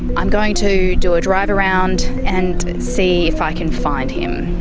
i'm going to do a drive around and see if i can find him.